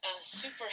super